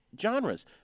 genres